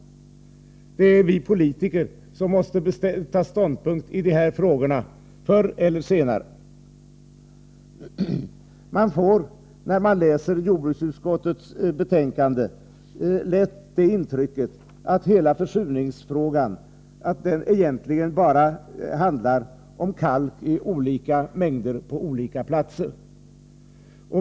Det är vi politiker som måste ta ställning i de här frågorna förr eller senare. Man får när man läser jordbruksutskottets betänkande lätt intrycket att hela försurningsfrågan egentligen bara handlar om kalk i olika mängder och på olika platser.